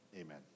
Amen